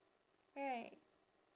right